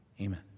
Amen